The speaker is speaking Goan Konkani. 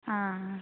आं